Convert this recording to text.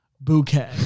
bouquet